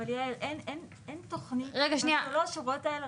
אבל, יעל, אין תוכנית בשלוש שורות האלה.